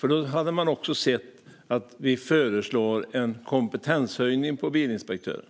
Då hade man också sett att vi föreslår en kompetenshöjning för bilinspektörer.